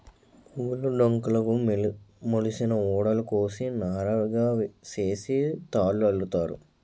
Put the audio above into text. మొగులు డొంకలుకు మొలిసిన ఊడలు కోసి నారగా సేసి తాళల్లుతారు